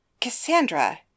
Cassandra